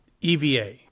EVA